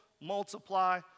multiply